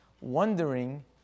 wondering